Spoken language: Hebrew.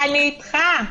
אני איתך,